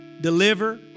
deliver